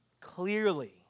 clearly